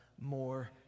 more